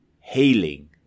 healing